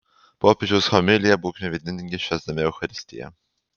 popiežiaus homilija būkime vieningi švęsdami eucharistiją